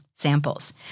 samples